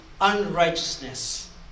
unrighteousness